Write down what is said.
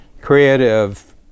creative